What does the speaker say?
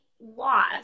loss